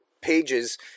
pages